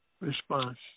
response